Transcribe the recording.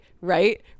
Right